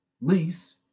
lease